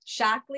Shackley